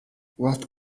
what